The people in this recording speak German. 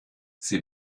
sie